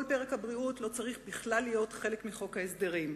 כל פרק הבריאות לא צריך בכלל להיות חלק מחוק ההסדרים.